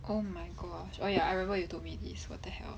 oh my gosh oh ya I remember you told me this what the hell